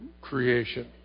creation